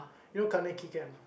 you know Kaneki Ken